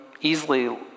easily